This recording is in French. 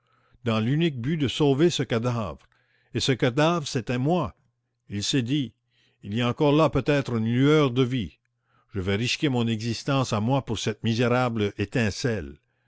dans l'unique but de sauver ce cadavre et ce cadavre c'était moi il s'est dit il y a encore là peut-être une lueur de vie je vais risquer mon existence à moi pour cette misérable étincelle